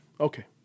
Okay